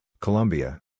Colombia